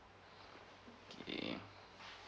okay